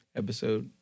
episode